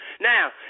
Now